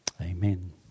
Amen